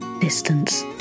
distance